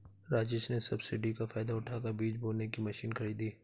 राजेश ने सब्सिडी का फायदा उठाकर बीज बोने की मशीन खरीदी